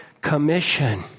commission